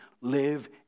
Live